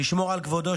לשמור על כבודו.